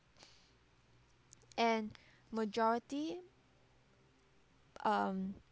and majority um